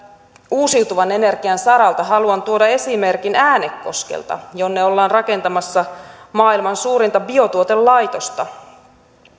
uusiutuvan energian saralta haluan tuoda esimerkin äänekoskelta jonne ollaan rakentamassa maailman suurinta biotuotelaitosta